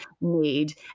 need